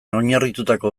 oinarritutako